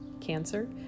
Cancer